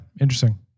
interesting